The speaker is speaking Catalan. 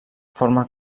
forma